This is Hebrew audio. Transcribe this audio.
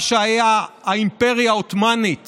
מה שהיה האימפריה העות'מאנית